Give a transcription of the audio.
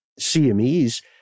CMEs